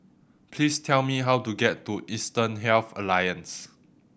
please tell me how to get to Eastern Health Alliance